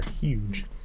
huge